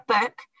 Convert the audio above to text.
book